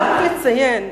אקשטיין: